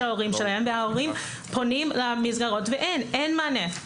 ההורים שלהם וההורים פונים למסגרות ואין מענה.